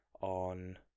on